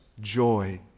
joy